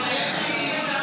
מה זה --- אתם